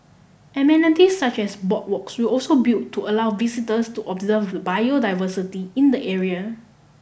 amenities such as boardwalks will also built to allow visitors to observe the biodiversity in the area